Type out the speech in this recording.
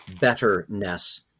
betterness